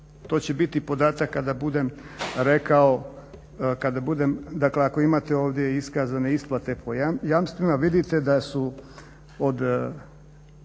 To će biti podatak kada budem rekao, dakle ako imate ovdje iskazane isplate po jamstvima vidite da su od